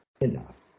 enough